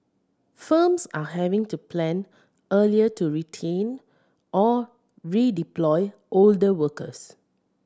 firms are having to plan earlier to retrain or redeploy older workers